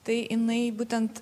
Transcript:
tai jinai būtent